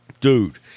Dude